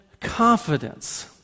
confidence